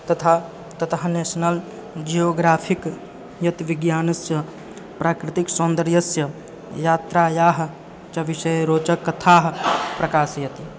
तथा ततः National Geographic यत् विज्ञानस्य प्राकृतिकसौन्दर्यस्य यात्रायाः च विषये रोचककथाः प्रकाशयति